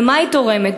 במה היא תורמת?